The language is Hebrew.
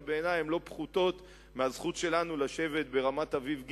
ובעיני הן לא פחותות מהזכות שלנו לשבת ברמת-אביב ג',